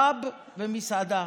פאב ומסעדה